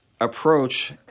approach